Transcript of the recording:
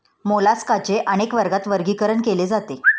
मोलास्काचे अनेक वर्गात वर्गीकरण केले जाते